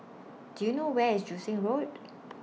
Do YOU know Where IS Joo Seng Road